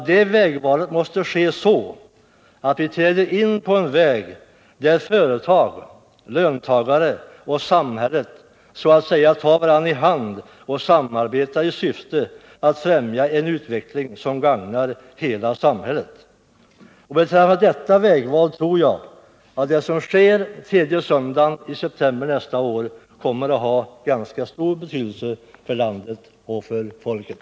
Det vägvalet måste ske så, att vi träder in på en väg där företag, löntagare och samhälle så att säga tar varandra i handen och samarbetar i syfte att främja en utveckling som gagnar hela samhället. Beträffande detta vägval tror jag att det som sker tredje söndagen i september nästa år kommer att ha ganska stor betydelse för landet och för folket.